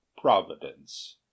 providence